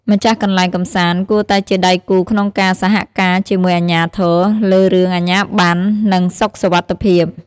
ម្ចាស់កន្លែងកម្សាន្ត គួរតែជាដៃគូក្នុងការសហការជាមួយអាជ្ញាធរ លើរឿង អាជ្ញាប័ណ្ណ និងសុខសុវត្ថិភាព។